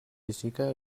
jessica